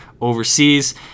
overseas